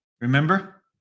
Remember